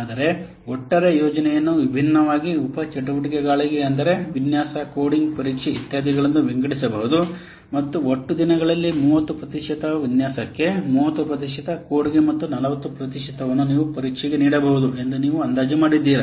ಆದರೆ ಒಟ್ಟಾರೆ ಯೋಜನೆಯನ್ನು ವಿಭಿನ್ನವಾಗಿ ಉಪ ಚಟುವಟಿಕೆಗಳಾಗಿ ಅಂದರೆ ವಿನ್ಯಾಸ ಕೋಡಿಂಗ್ ಪರೀಕ್ಷೆ ಇತ್ಯಾದಿಗಳೆಂದು ವಿಂಗಡಿಸಬಹುದು ಮತ್ತು ಒಟ್ಟು ದಿನಗಳಲ್ಲಿ 30 ಪ್ರತಿಶತವನ್ನು ವಿನ್ಯಾಸಕ್ಕೆ 30 ಪ್ರತಿಶತ ಕೋಡ್ಗೆ ಮತ್ತು 40 ಪ್ರತಿಶತವನ್ನು ನೀವು ಪರೀಕ್ಷೆಗೆ ನೀಡಬಹುದು ಎಂದು ನೀವು ಅಂದಾಜು ಮಾಡಿದ್ದೀರಿ